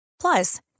Plus